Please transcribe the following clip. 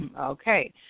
Okay